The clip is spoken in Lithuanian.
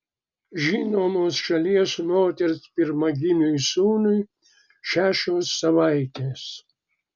žinomos šalies moters pirmagimiui sūnui šešios savaitės